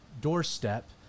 doorstep